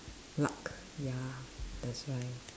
luck ya that's right